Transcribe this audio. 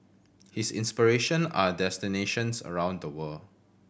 his inspiration are destinations around the world